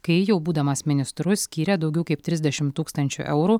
kai jau būdamas ministru skyrė daugiau kaip trisdešim tūkstančių eurų